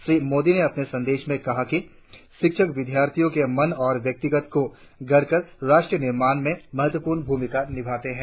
श्री मोदी ने अपने संदेश में कहा कि शिक्षक विद्यार्थियों के मन और व्यक्तित्व को गढ़कर राष्ट्र निर्माण में महत्वपूर्ण भूमिका निभाते है